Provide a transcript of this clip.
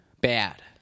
bad